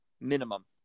minimum